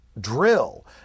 Drill